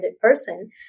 person